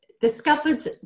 Discovered